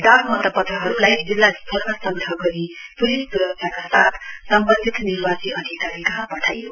डाक मतपत्रहरूलाई जिल्ला स्तरमा संग्रह गरी पूलिस सुरक्षाका साथ सम्वन्धित निर्वाची अधिकारीकहाँ पठाइयो